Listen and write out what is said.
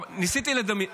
ניסיתי לדמיין